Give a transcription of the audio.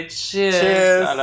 cheers